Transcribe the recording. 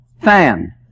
Fan